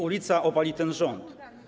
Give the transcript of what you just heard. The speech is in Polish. Ulica obali ten rząd.